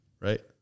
right